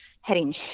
heading